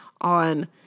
on